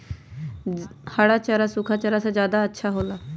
हरा चारा सूखा चारा से का ज्यादा अच्छा हो ला?